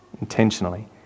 intentionally